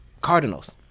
Cardinals